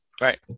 Right